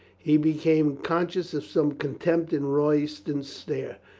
he became con scious of some contempt in royston's stare.